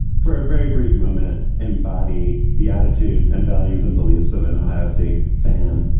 for a very brief moment, embody the attitude and values and beliefs of an ohio state fan,